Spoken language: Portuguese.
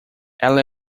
ela